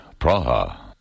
Praha